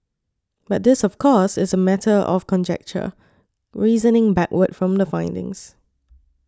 but this of course is a matter of conjecture reasoning backward from the findings